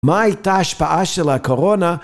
מה הייתה ההשפעה של הקורונה?